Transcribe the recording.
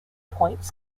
points